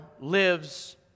lives